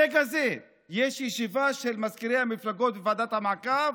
ברגע זה יש ישיבה של מזכירי המפלגות בוועדת המעקב,